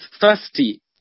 thirsty